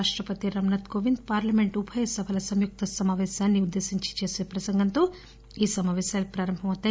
రాష్టపతి రామ్ నాథ్ కోవింద్ పార్లమెంటు ఉభయ సభల సంయుక్త సమాపేశాన్ని ఉద్దేశించి చేసే ప్రసంగంతో ఈ సమాపేశాలు ప్రారంభమవుతాయి